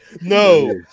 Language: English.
No